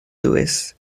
lewis